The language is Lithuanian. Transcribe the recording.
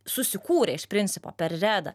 susikūrė iš principo per redą